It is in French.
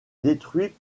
détruit